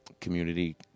community